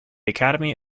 academy